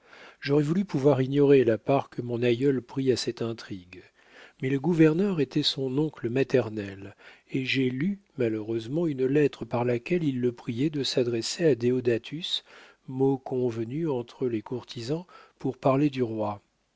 j'aurais voulu pouvoir ignorer la part que mon aïeul prit à cette intrigue mais le gouverneur était son oncle maternel et j'ai lu malheureusement une lettre par laquelle il le priait de s'adresser à déodatus mot convenu entre les courtisans pour parler du roi